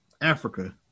Africa